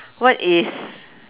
what is